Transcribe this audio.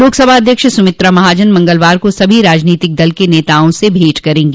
लोकसभा अध्यक्ष सुमित्रा महाजन मंगलवार को सभी राजनीतिक दलों के नेताओं से भेंट करेंगी